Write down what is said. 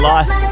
Life